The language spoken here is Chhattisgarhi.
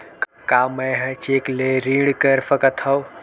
का मैं ह चेक ले ऋण कर सकथव?